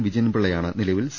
വിജയൻ പിള്ളയാണ് നിലവിൽ സി